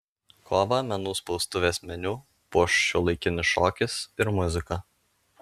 kovą menų spaustuvės meniu puoš šiuolaikinis šokis ir muzika